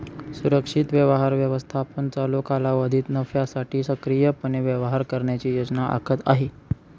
सुरक्षित व्यवहार व्यवस्थापन चालू कालावधीत नफ्यासाठी सक्रियपणे व्यापार करण्याची योजना आखत आहे